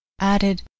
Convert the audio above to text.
added